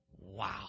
Wow